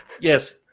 Yes